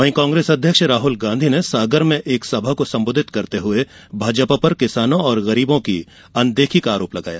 वहीं कांग्रेस अध्यक्ष राहुल गांधी ने सागर में एक सभा को संबोधित करते हुये भाजपा पर किसानों और गरीबों की अनदेखी का आरोप लगाया